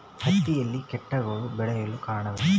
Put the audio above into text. ಹತ್ತಿಯಲ್ಲಿ ಕೇಟಗಳು ಬೇಳಲು ಕಾರಣವೇನು?